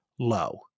Low